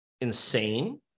insane